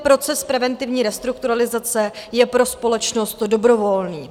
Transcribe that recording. Proces preventivní restrukturalizace je pro společnost dobrovolný.